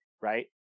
right